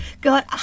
God